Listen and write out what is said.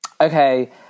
Okay